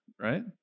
right